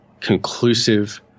conclusive